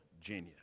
genius